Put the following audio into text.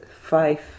five